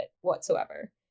whatsoever